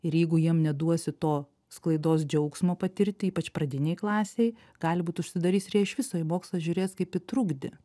ir jeigu jiem neduosi to sklaidos džiaugsmo patirti ypač pradinėj klasėj gali būt užsidarys ir jie iš viso į mokslą žiūrės kaip į trukdį